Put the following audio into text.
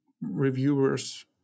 reviewers